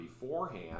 beforehand